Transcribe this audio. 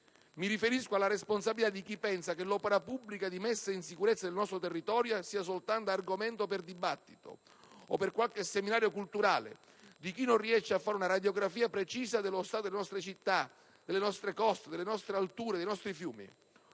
Mi riferisco alla responsabilità di chi pensa che l'opera pubblica di messa in sicurezza del nostro territorio sia soltanto argomento per i dibattiti o per qualche seminario culturale, di chi non riesce a fare una radiografia precisa dello stato delle nostre città, delle nostre coste, delle nostre alture, dei nostri fiumi.